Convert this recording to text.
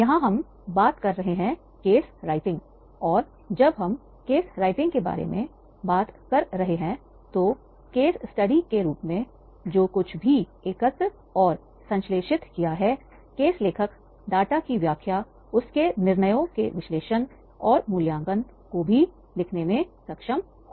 यहां हम बात कर रहे हैं केस राइटिंग और जब हम केस राइटिंग के बारे में बात कर रहे हैं तो केस स्टडी के रूप में जो कुछ भी एकत्र और संश्लेषित किया है केस लेखक डाटा की व्याख्या उसके निर्णयों के विश्लेषण और मूल्यांकन को भी लिखने में सक्षम हो